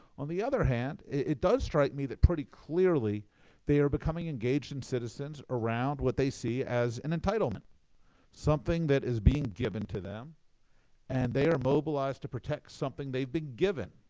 on the other hand, it does strike me that pretty clearly they are becoming engaging citizens around what they see as an entitlement something that is being given to them and they are mobilized to protect something they've been given.